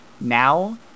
Now